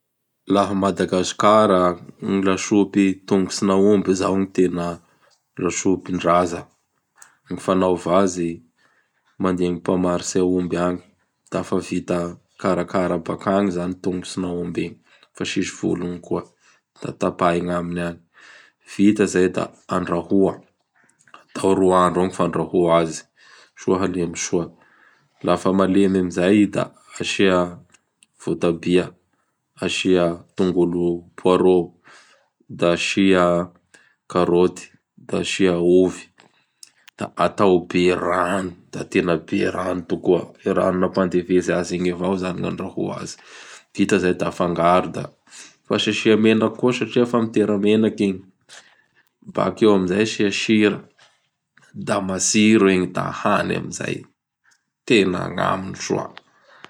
Laha a Madagasikara! Gny lasopy tongots'Aomby zao gny tena lasopin-draza. Gny fanaova azy? Mandeha amin'ny mpamarotsy Aomby agny. Da fa vita karakara baka agny zany i tongots'aomby igny fa tsy misy volony koa da tapahy agnaminy agny. Vita izay da andrahoa, atao roa andro eo gny fandrahoa azy soa halemy soa. Lafa malemy amin'izay i da asia votabia, asia tongolo poarrôt da asia karôty, da asia ovy da atao be rano da tena be rano tokoa; rano napandevezy azy igny avao zany gn'andrahoa azy. Vita zay da afangaro da fa tsy asia menaky koa satria fa mitera-menaky igny. Bakeo am zay asia sira; da matsiro igny da hany am zay. Tena agnaminy soa.